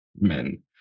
men